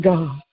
God